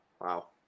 Wow